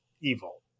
evil